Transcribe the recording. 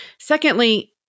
Secondly